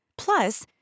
Plus